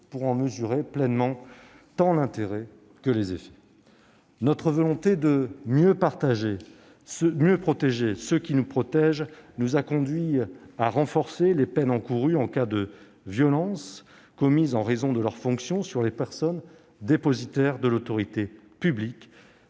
pour en mesurer pleinement tant l'intérêt que les effets. Notre volonté de mieux protéger ceux qui nous protègent nous a conduits à renforcer les peines encourues en cas de violences commises en raison de leurs fonctions sur les personnes dépositaires de l'autorité publique.